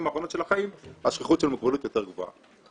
האחרונות של החיים השכיחות של המוגבלות יותר גבוהה.